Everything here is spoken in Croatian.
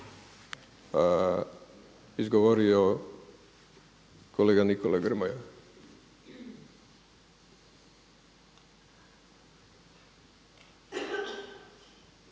izgovorio kolega Nikola Grmoja.